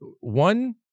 one